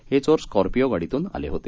हे चोर स्कॉर्पिओ गाडीतून आले होते